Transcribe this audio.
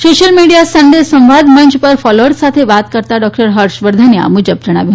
social media Sunday સંવાદ મંચ પર ફોલોઅર્સ સાથે વાત કરતા ડોકટર હર્ષ વર્ધને આ મુજબ જણાવ્યું